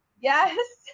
Yes